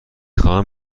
خواهم